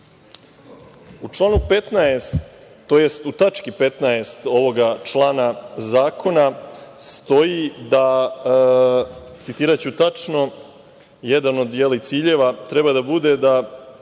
U članu 15, tj. u tački 15) ovog člana zakona stoji, citiraću tačno, jedan od ciljeva treba da bude da